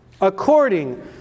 according